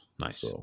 nice